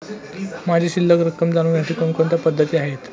माझी शिल्लक रक्कम जाणून घेण्यासाठी कोणकोणत्या पद्धती आहेत?